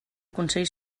consell